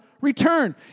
Return